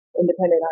independent